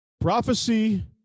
Prophecy